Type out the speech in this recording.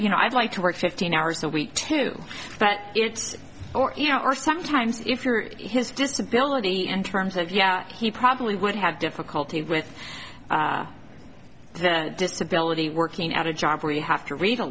you know i'd like to work fifteen hours a week too but it's you know or sometimes if you're his disability in terms of yeah he probably would have difficulty with disability working at a job where you have to read a